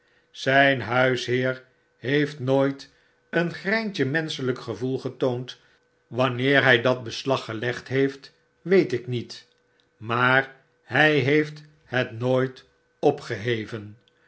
zyn huisheer heeft nooit een greintje menschelyk gevoel getoond wanneer hy dat beslag gelegd heeft weet ik met maar hi heeft het nooit opgeheven